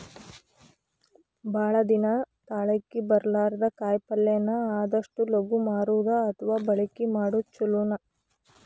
ಭಾಳ ದಿನಾ ತಾಳಕಿ ಬರ್ಲಾರದ ಕಾಯಿಪಲ್ಲೆನ ಆದಷ್ಟ ಲಗು ಮಾರುದು ಅಥವಾ ಬಳಕಿ ಮಾಡುದು ಚುಲೊ